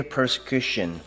Persecution